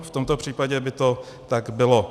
V tomto případě by to tak bylo.